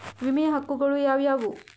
ವಿಮೆಯ ಹಕ್ಕುಗಳು ಯಾವ್ಯಾವು?